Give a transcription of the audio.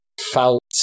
felt